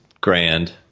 grand